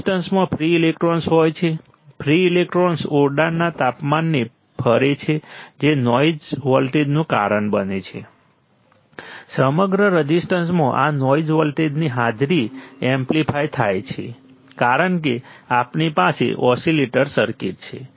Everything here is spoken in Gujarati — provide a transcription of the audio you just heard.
રઝિસ્ટન્સમાં ફ્રી ઈલેક્ટ્રોન હોય છે ફ્રી ઈલેક્ટ્રોન ઓરડાના તાપમાને ફરે છે જે નોઇઝ વોલ્ટેજનું કારણ બને છે સમગ્ર રઝિસ્ટન્સમાં આ નોઇઝ વોલ્ટેજની હાજરી એમ્પ્લીફાય થાય છે કારણ કે આપણી પાસે ઓસિલેટર સર્કિટ છે